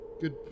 Good